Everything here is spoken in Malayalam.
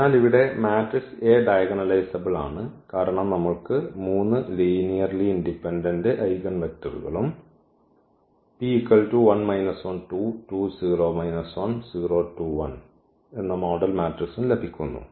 അതിനാൽ ഇവിടെ മാട്രിക്സ് A ഡയഗണലൈസബ്ൾ ആണ് കാരണം നമ്മൾക്ക് 3 ലീനിയർ ഇൻഡിപെൻഡന്റ് ഐഗൻവെക്ടറും മോഡൽ മാട്രിക്സും ലഭിക്കുന്നു